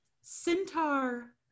Centaur